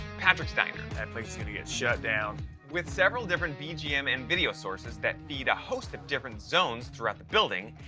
patrick's diner, that place is going to get shut down with several different bgm and video sources that feed a host of different zones throughout the building,